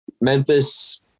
Memphis